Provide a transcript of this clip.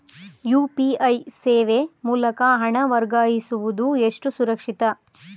UPI ಸೇವೆ ಮೂಲಕ ಹಣ ವರ್ಗಾಯಿಸುವುದು ಎಷ್ಟು ಸುರಕ್ಷಿತ?